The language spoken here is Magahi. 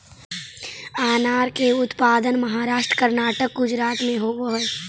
अनार के उत्पादन महाराष्ट्र, कर्नाटक, गुजरात में होवऽ हई